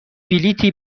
بلیطی